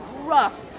rough